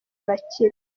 arakira